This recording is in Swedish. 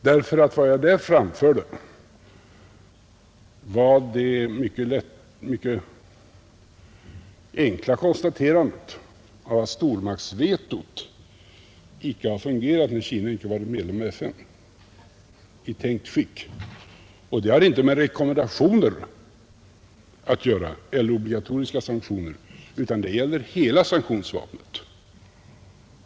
Det som jag framförde på den punkten var nämligen det mycket enkla konstaterandet att stormaktsvetot inte har fungerat i tänkt skick när Kina inte har varit medlem i FN — och det har inte med rekommendationer eller obligatoriska sanktioner att göra, utan det gäller hela sanktionsvapnet.